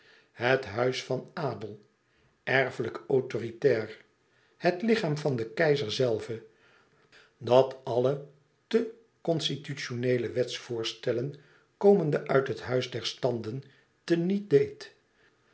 het huis van adel erfelijk autoritair het lichaam van den keizer zelve dat alle te constitutioneele wetsvoorstellen komende uit het huis der standen te niet deed